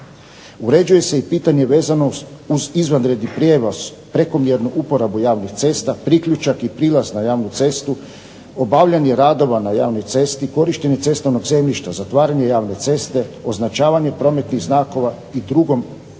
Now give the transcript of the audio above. Uređuje se i pitanje vezano uz izvanredni prijevoz, prekomjernu uporabu javnih cesta, priključak i prilaz na javnu cestu, obavljanje radova na javnoj cesti, korištenje cestovnog zemljišta, zatvaranje javne ceste, označavanje prometnih znakova i drugom opremom.